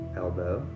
elbow